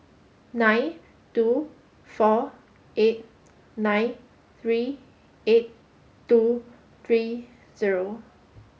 nine two four eight nine three eight two three zero